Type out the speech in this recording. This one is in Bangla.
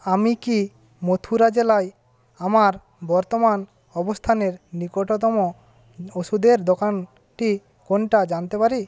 আমি কি মথুরা জেলায় আমার বর্তমান অবস্থানের নিকটতম ওষুধের দোকানটি কোনটা জানতে পারি